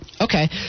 Okay